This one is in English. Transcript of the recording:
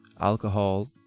Alcohol